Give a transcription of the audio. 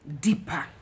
deeper